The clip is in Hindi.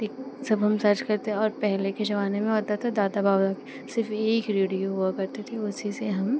दिक सब हम सर्च करते हैं और पहले के ज़माने में होता था दादा बाबा सिर्फ एक ही रेडियो हुआ करते थे उसी से हम